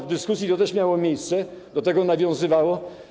W dyskusji to też miało miejsce, do tego nawiązywano.